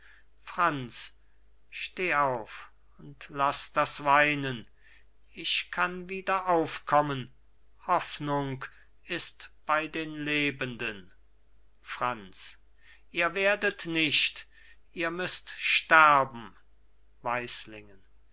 franz steh auf und laß das weinen ich kann wieder aufkommen hoffnung ist bei den lebenden franz ihr werdet nicht ihr müßt sterben